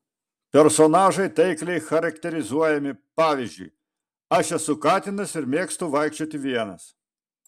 personažai taikliai charakterizuojami pavyzdžiui aš esu katinas ir mėgstu vaikščioti vienas